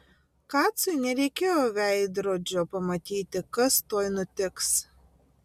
kacui nereikėjo veidrodžio pamatyti kas tuoj nutiks